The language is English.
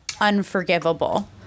unforgivable